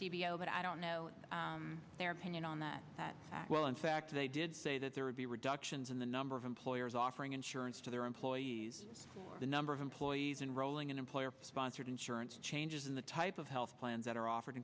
l but i don't know their opinion on that that well in fact they did say that there would be reductions in the number of employers offering insurance to their employees or the number of employees and rolling in employer sponsored insurance changes in the type of health plans that are offered